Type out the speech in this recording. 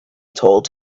told